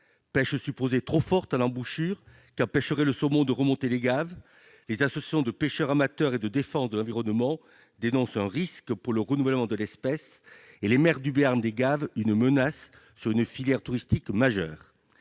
pêche, supposée trop forte, empêcherait le saumon de remonter les gaves. Les associations de pêcheurs amateurs et de défense de l'environnement dénoncent un risque pour le renouvellement de l'espèce et les maires de la communauté de communes Béarn des Gaves une menace sur une filière touristique majeure.